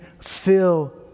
fill